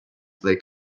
they